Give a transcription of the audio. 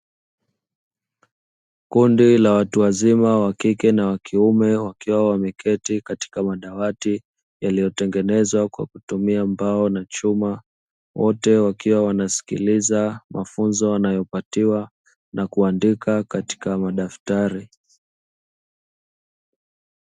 Kundi la watu wazima wa kike na wa kiume wakiwa wameketi katika madawati yaliyotengenezwa kwa kutumia mbao na chuma, wote wakiwa wanasikiliza mafunzo wanayopatiwa na kuandika katika madaftari.